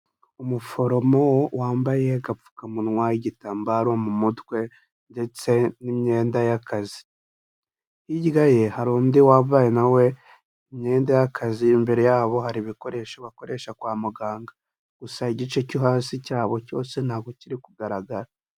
Umuforomo wambaye agapfukamunwa, igitambaro mu mutwe ndetse n'imyenda y'akazi. Hirya ye hari undi wambaye nawe imyenda y'akazi imbere yabo hari ibikoresho bakoresha kwa muganga. Gusa igice cyo hasi cyabo cyose ntabwo kiri kugaragara.